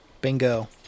Bingo